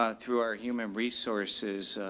ah through our human resources,